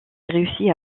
réussit